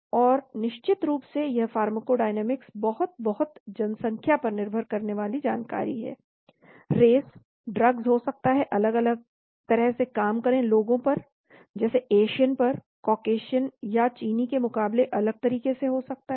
और निश्चित रूप से यह फार्माकोडायनामिक्स बहुत बहुत जनसंख्या पर निर्भर करने वाली जानकारी है रेस ड्रग्स हो सकता है अलग तरह से काम करें लोगों पर जैसे एशियन पर काकेशियन या चीनी के मुकाबले अलग तरीके से हो सकता है